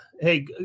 hey